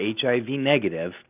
HIV-negative